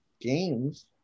games